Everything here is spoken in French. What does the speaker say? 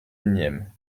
unième